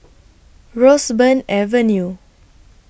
Roseburn Avenue